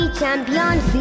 champions